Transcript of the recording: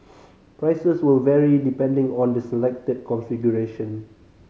prices will vary depending on the selected configuration